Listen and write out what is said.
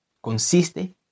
Consiste